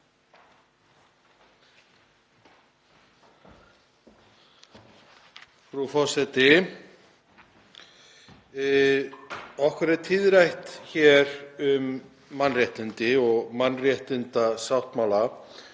Frú forseti. Okkur er tíðrætt hér um mannréttindi og mannréttindasáttmála